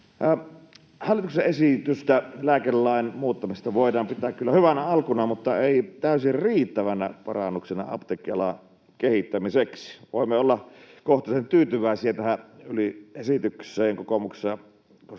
Hallituksen esitystä lääkelain muuttamisesta voidaan pitää kyllä hyvänä alkuna mutta ei täysin riittävänä parannuksena apteekkialan kehittämiseksi. Voimme kokoomuksessa olla kohtalaisen tyytyväisiä tähän esitykseen, koska